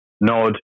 nod